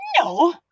no